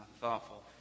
thoughtful